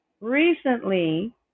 Recently